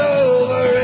over